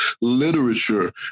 literature